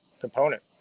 component